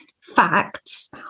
facts